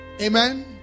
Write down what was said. amen